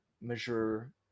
measure